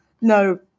No